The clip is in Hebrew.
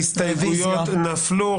ההסתייגויות נפלו.